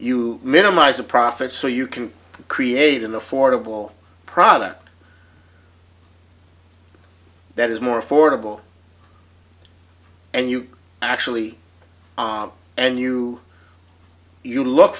you minimize the profits so you can create in the fordable product that is more affordable and you actually and you you look